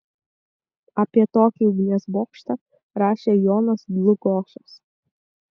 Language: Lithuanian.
apie tokį ugnies bokštą rašė jonas dlugošas